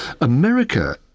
America